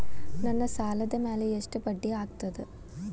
ನನ್ನ ಸಾಲದ್ ಮ್ಯಾಲೆ ಎಷ್ಟ ಬಡ್ಡಿ ಆಗ್ತದ?